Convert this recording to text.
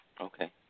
Okay